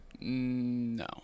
no